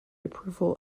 approval